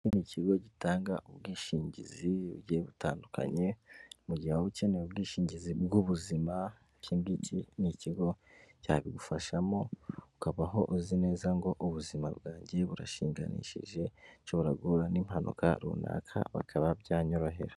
Iki n'ikigo gitanga ubwishingizigiye butandukanye, mu gihe uba ukeneye ubwishingizi bw'ubuzima n' ikigo cyabigufashamo ukabaho uzi neza ngo ubuzima bwanjye burashinganishije nshobora guhura n'impanuka runaka bakaba byanyorohera.